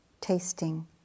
tasting